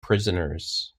prisoners